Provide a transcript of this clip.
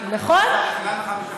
אם אין לך מסגרת,